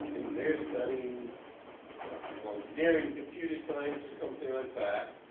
and they're studying electrical engineering, computer science, or something like that.